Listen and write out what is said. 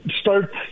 start